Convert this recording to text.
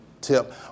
tip